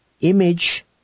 image